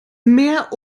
mehr